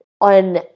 on